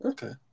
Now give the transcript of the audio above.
Okay